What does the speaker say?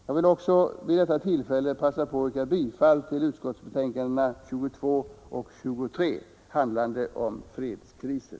Jag vill vid detta tillfälle även yrka bifall till vad utskottet hemställt i betänkandena 22 och 23, handlande om fredskriser.